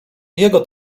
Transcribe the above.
jego